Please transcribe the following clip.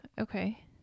Okay